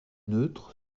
neutres